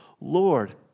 Lord